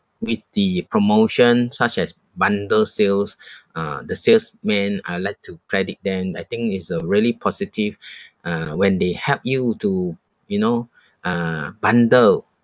with the promotion such as bundle sales ah the salesman I'd like to credit them I think it's a really positive uh when they help you to you know uh bundle